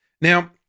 Now